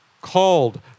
Called